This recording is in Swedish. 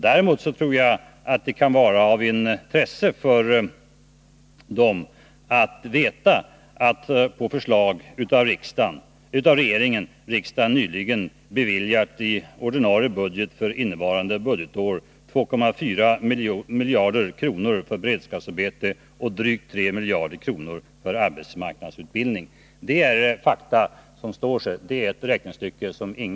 Däremot tror jag att det kan vara av intresse för dem att veta, att på förslag av regeringen har riksdagen i ordinarie budget för innevarande budgetår nyligen beviljat 2,4 miljarder kronor för beredskapsarbete och drygt 3 miljarder kronor för arbetsmarknadsutbildning. Det är fakta som står sig.